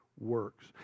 works